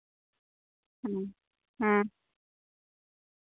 ᱦᱩᱸ ᱦᱮᱸ